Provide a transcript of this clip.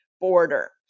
border